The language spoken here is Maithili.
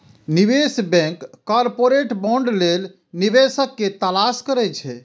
निवेश बैंक कॉरपोरेट बांड लेल निवेशक के तलाश करै छै